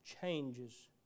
changes